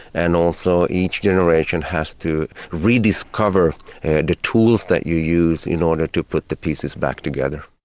and also each generation has to rediscover the tools that you use in order to put the pieces back together.